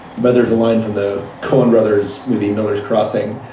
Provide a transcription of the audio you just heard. but there's a line from the coen brothers movie, miller's crossing,